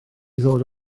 ddod